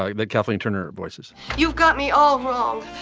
like that kathleen turner voices you've got me all wrong.